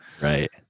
Right